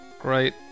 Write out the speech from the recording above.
Great